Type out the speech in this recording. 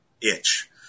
itch